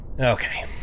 Okay